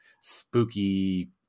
spooky